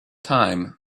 time